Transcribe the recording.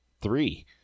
three